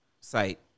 site